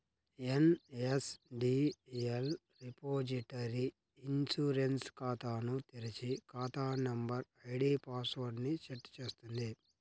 NSDL repository e insurance ఖాతాను తెరిచి, ఖాతా నంబర్, ఐడీ పాస్ వర్డ్ ని సెట్ చేస్తుంది